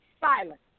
silence